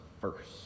first